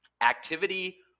activity